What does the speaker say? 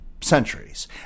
centuries